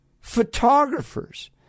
photographers